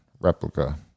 replica